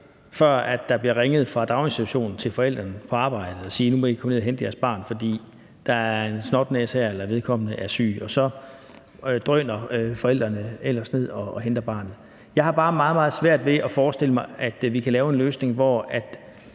før der bliver ringet fra daginstitutionen til forældrene på arbejdet om, at de bliver bedt om at komme ned og hente deres barn, fordi der er en snotnæse her eller vedkommende er syg. Så drøner forældrene ellers ned og henter barnet. Jeg har bare meget, meget svært ved at forestille mig, at vi kan lave en løsning, hvor